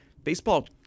Baseball